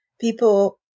people